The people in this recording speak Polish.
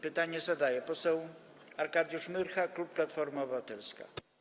Pytanie zadaje poseł Arkadiusz Myrcha, klub Platforma Obywatelska.